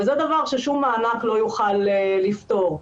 וזה דבר ששום מענק לא יוכל לפתור.